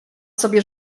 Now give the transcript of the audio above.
sobie